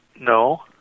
No